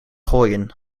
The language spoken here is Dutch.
gooien